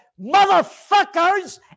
motherfuckers